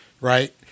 right